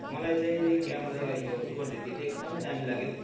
मलाई चाहिँ क्यामरा यो टु हन्ड्रेड डी त एकदम दामी लाग्यो